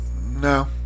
No